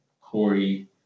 Corey